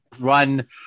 run